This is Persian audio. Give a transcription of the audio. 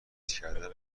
کردن